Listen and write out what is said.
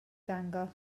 fangor